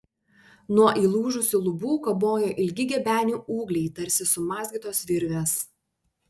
nuo įlūžusių lubų kabojo ilgi gebenių ūgliai tarsi sumazgytos virvės